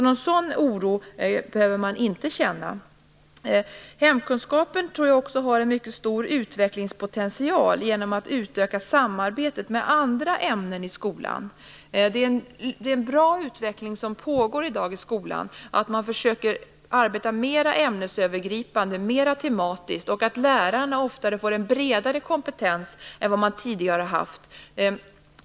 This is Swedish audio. Någon sådan oro behöver man inte känna. Jag tror också att det finns en mycket stor utvecklingspotential i hemkunskapen. Man kan utöka samarbetet med andra ämnen i skolan. Det pågår i dag en bra utveckling i skolan. Man försöker arbeta mera ämnesövergripande och tematiskt. Och lärarna får oftare en bredare kompetens än vad de tidigare har haft.